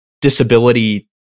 disability